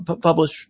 Publish